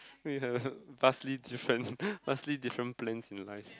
we have vastly different vastly different plans in life